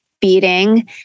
beating